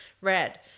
red